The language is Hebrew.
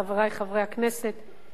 חברי חברי הכנסת,